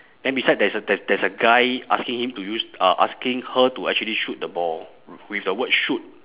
then beside there's a there's there's a guy asking him to use uh asking her to actually shoot the ball with the word shoot